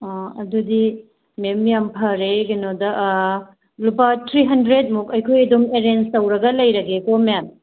ꯑꯗꯨꯗꯤ ꯃꯦꯝ ꯌꯥꯝ ꯐꯔꯦ ꯀꯩꯅꯣꯗ ꯂꯨꯄꯥ ꯊ꯭ꯔꯤ ꯍꯟꯗ꯭ꯔꯦꯗꯃꯨꯛ ꯑꯩꯈꯣꯏ ꯑꯗꯨꯝ ꯑꯦꯔꯦꯟꯁ ꯇꯧꯔꯒ ꯂꯩꯔꯒꯦꯀꯣ ꯃꯦꯝ